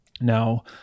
Now